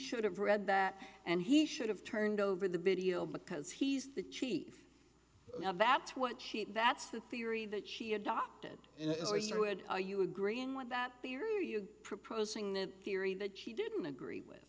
should have read that and he should have turned over the video because he's the chief that's what she that's the theory that she adopted are you agreeing with that theory are you proposing the theory that she didn't agree with